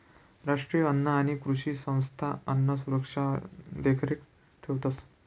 राष्ट्रीय अन्न आणि कृषी संस्था अन्नसुरक्षावर देखरेख ठेवतंस